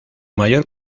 mayor